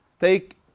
take